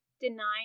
denying